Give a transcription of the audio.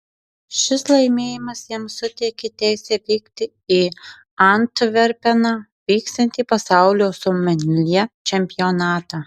šis laimėjimas jam suteikė teisę vykti į antverpeną vyksiantį pasaulio someljė čempionatą